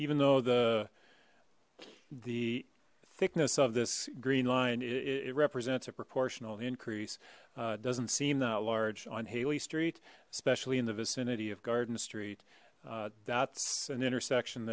even though the the thickness of this green line it represents a proportional increase doesn't seem that large on haley street especially in the vicinity of garden street that's an intersection